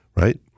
Right